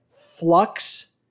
Flux